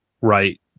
Right